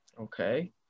Okay